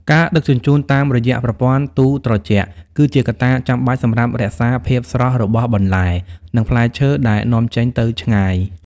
ការដឹកជញ្ជូនតាមរយៈប្រព័ន្ធទូត្រជាក់ គឺជាកត្តាចាំបាច់សម្រាប់រក្សាភាពស្រស់របស់បន្លែ និងផ្លែឈើដែលនាំចេញទៅឆ្ងាយ។